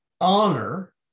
honor